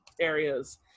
areas